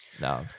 No